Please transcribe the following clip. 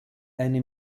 eine